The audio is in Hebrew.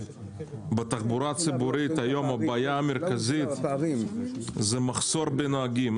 הבעיה העיקרית בתחבורה הציבורית זה מחסור בנהגים.